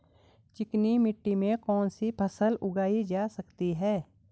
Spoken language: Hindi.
चिकनी मिट्टी में कौन सी फसल उगाई जा सकती है?